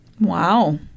Wow